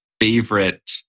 favorite